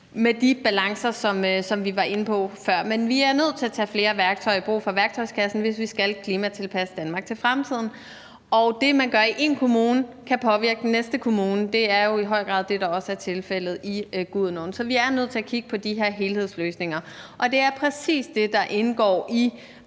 fra de balancer, som vi var inde på før, skal ind og vurdere det. Men vi er nødt til at tage flere værktøjer fra værktøjskassen i brug, hvis vi skal klimatilpasse Danmark til fremtiden. Og det, man gør i én kommune, kan påvirke den næste kommune. Det er jo i høj grad også det, der er tilfældet ved Gudenåen. Så vi er nødt til kigge på de her helhedsløsninger. Det er præcis det, der indgår i